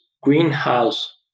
greenhouse